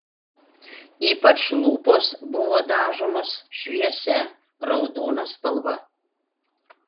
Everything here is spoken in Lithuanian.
ypač lūpos buvo dažomos šviesia raudona spalva